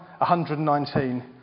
119